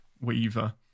Weaver